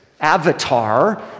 avatar